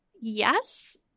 yes